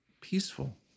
peaceful